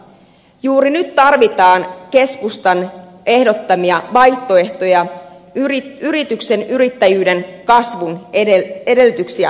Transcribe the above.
juuri nyt tarvitaan keskustan ehdottamia vaihtoehtoja yrityksen yrittäjyyden kasvun edellytyksiä parantaen